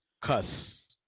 cuss